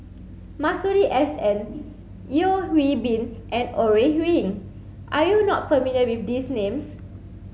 Masuri S N Yeo Hwee Bin and Ore Huiying are you not familiar with these names